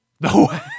No